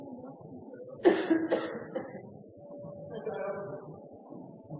Jeg har